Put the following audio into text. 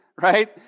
right